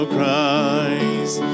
Christ